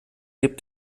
gibt